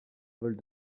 vols